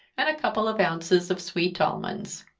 and a couple of ounces of sweet almonds